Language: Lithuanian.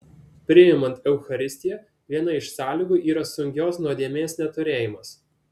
priimant eucharistiją viena iš sąlygų yra sunkios nuodėmės neturėjimas